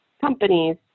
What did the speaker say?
companies